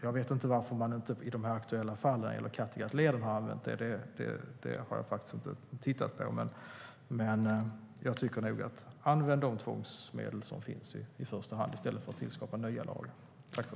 Jag vet inte varför man i de aktuella fallen med Kattegattleden inte har använt den. Det har jag inte tittat på. Jag anser att man ska använda de tvångsmedel som redan finns i första hand i stället för att stifta nya lagar.